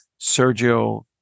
Sergio